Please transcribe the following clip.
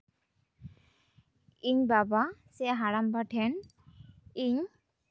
ᱤᱧ ᱵᱟᱵᱟ ᱥᱮ ᱦᱟᱲᱟᱢᱵᱟ ᱴᱷᱮᱱ ᱤᱧ